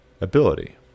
ability